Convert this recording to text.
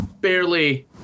barely